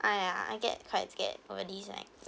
!aiya! I get quite scared over these like